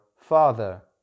Father